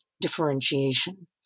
differentiation